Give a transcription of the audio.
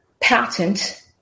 patent